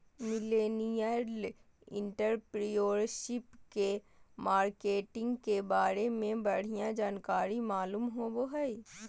millennial entrepreneurship के marketing के बारे में बढ़िया जानकारी मालूम होबो हय